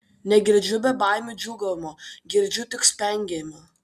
negirdžiu bebaimių džiūgavimo girdžiu tik spengimą